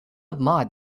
admired